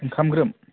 ओंखामग्रोम